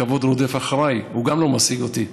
הכבוד רודף אחרי, הוא גם לא משיג אותי.